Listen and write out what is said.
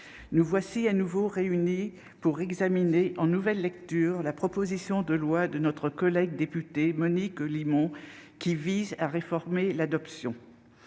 Nous voici de nouveau réunis pour examiner, en nouvelle lecture, la proposition de loi de notre collègue députée Monique Limon visant à réformer l'adoption.